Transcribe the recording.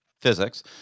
physics